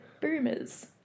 boomers